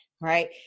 right